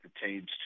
pertains